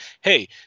hey